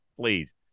please